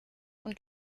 und